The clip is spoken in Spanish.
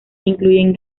incluyen